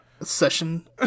Session